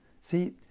see